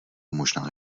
možná